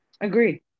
Agree